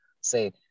say